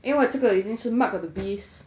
因为这个已经是 mark of the beast